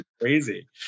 crazy